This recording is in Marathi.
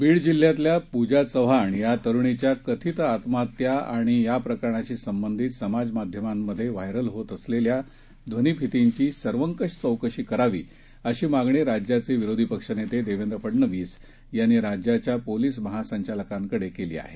बीड जिल्ह्यातल्या पूजा चव्हाण या तरुणीच्या कथित आत्महत्या आणि या प्रकरणांशी संबंधित समाजमाध्यमांमधे व्हायरल होत असलेल्या ध्वनीफितींची सर्वंकष चौकशी करावी अशी मागणी राज्याचे विरोधी पक्षनेते देवेंद्र फडणवीस यांनी राज्याच्या पोलीस महासंचालकांकडे केली आहे